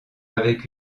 avec